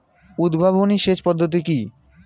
উদ্ভাবনী সেচ পদ্ধতি কি?